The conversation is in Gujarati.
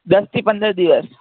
દશથી પંદર દિવસ